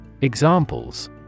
Examples